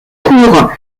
court